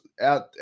out